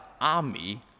army